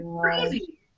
Crazy